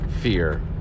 fear